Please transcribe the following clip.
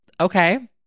okay